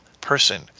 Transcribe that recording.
person